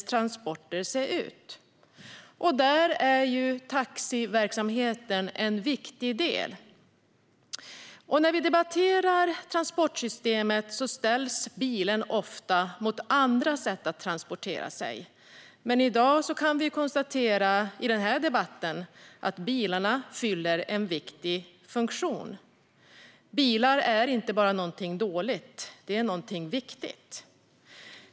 Taxiverksamheten är en viktig del i detta. När vi debatterar transportsystemet ställs bilen ofta mot andra sätt att transportera sig. Men utifrån den här debatten i dag kan vi konstatera att bilarna fyller en viktig funktion. Bilar är inte bara något dåligt. De är viktiga.